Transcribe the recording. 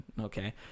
okay